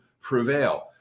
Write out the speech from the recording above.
prevail